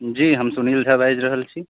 जी हम सुनील झा बाजि रहल छी